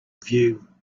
view